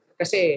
kasi